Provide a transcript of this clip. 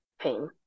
pain